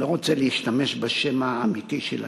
ואני לא רוצה להשתמש בשם האמיתי שלהם,